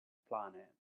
planet